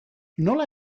nola